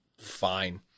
Fine